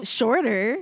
shorter